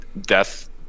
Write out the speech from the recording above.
death